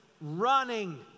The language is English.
running